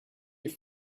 your